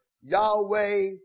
Yahweh